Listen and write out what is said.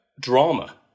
drama